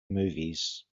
movies